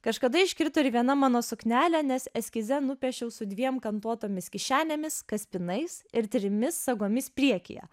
kažkada iškrito ir viena mano suknelė nes eskize nupiešiau su dviem kantuotomis kišenėmis kaspinais ir trimis sagomis priekyje